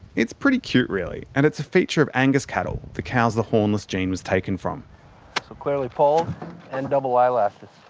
it's pretty cute, really and it's a feature of angus cattle, the cows the hornless gene was taken from. so clearly polled and double eye